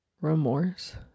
remorse